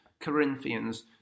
Corinthians